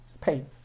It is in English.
pain